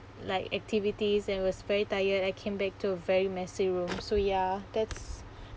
like activities and was very tired I came back to a very messy room so ya that's